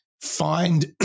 find